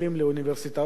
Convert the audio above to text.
לאוניברסיטאות,